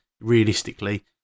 realistically